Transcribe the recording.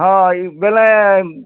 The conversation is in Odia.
ହଁ ଇ ବେଲେ